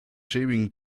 schäbigen